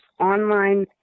online